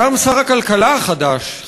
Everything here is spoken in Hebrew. גם שר הכלכלה החדש,